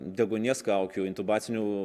deguonies kaukių intubacinių